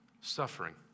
Suffering